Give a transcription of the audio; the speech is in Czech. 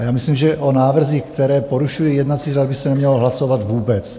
Já myslím, že o návrzích, které porušují jednací řád, by se nemělo hlasovat vůbec.